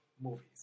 movies